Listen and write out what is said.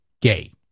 gay